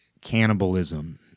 cannibalism